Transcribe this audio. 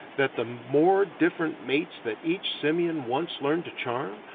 that the more different mates that each simian once learned to charm,